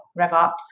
RevOps